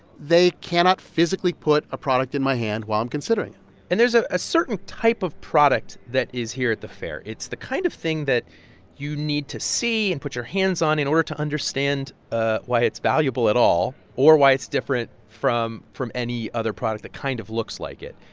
they cannot physically put a product in my hand while i'm considering it and there's a a certain type of product that is here at the fair. it's the kind of thing that you need to see and put your hands on in order to understand ah why it's valuable at all or why it's different from from any other product that kind of looks like it.